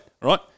right